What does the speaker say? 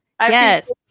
Yes